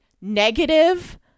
negative